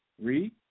Read